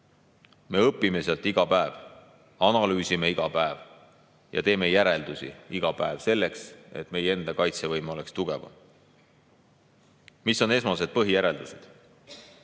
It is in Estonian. Me õpime sealt iga päev, analüüsime iga päev ja teeme järeldusi iga päev selleks, et meie enda kaitsevõime oleks tugevam. Mis on esmased põhijäreldused?